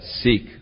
seek